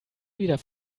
wieder